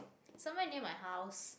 somewhere near my house